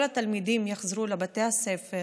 כל התלמידים יחזרו לבתי הספר